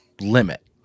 limit